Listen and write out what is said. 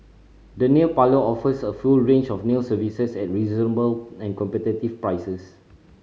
the nail parlour offers a full range of nail services at reasonable and competitive prices